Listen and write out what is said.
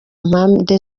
mpande